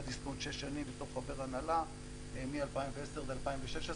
דיסקונט שש שנים בתור חבר הנהלה מ-2010 עד 2016,